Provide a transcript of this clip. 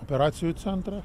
operacijų centrą